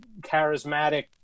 charismatic